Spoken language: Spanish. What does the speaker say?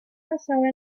basaba